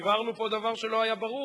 הבהרנו פה דבר שלא היה ברור,